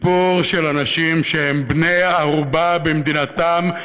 סיפור של אנשים שהם בני-ערובה במדינתם,